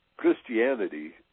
Christianity